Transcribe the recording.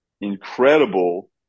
incredible